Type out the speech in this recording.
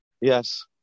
Yes